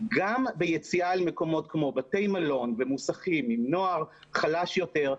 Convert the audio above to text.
גם ביציאה אל מקומות כמו בתי מלון ומוסכים עם נוער חלש יותר,